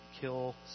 kill